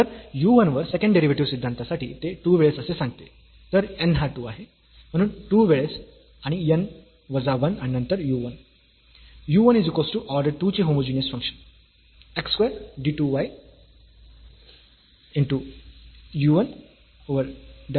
तर u 1 वर second derivative सिद्धांतासाठी ते 2 वेळेस असे सांगते तर n हा 2 आहे म्हणून 2 वेळेस आणि n वजा 1 आणि नंतर u 1